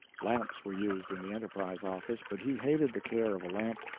lamps were used in the enterprise office, but he hated the care of a lamp,